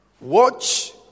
Watch